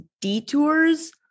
detours